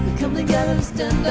come together and stood